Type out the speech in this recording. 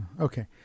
okay